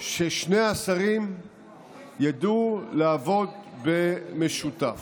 ששני השרים ידעו לעבוד במשותף.